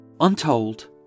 untold